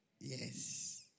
Yes